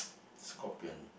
scorpion